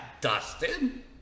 Dustin